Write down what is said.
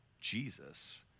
Jesus